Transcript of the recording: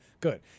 Good